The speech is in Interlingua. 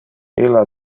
illa